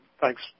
thanks